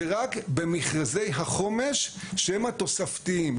זה רק במכרזי החומש, שהם התוספתיים.